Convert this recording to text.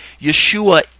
Yeshua